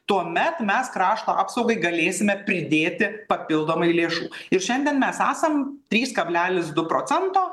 tuomet mes krašto apsaugai galėsime pridėti papildomai lėšų ir šiandien mes esam trys kablelis du procento